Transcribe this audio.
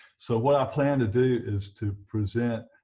so what i plan to do is to present